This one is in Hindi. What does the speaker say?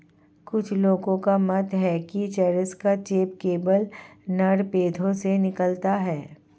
कुछ लोगों का मत है कि चरस का चेप केवल नर पौधों से निकलता है